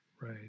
Right